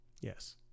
Yes